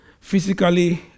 physically